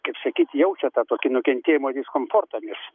kaip sakyt jaučia tą tokį nukentėjimo diskomfortą nes